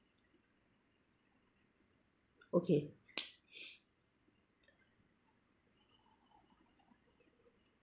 okay